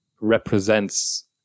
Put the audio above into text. represents